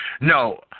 No